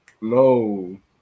No